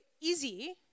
easy